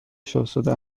شاهزاده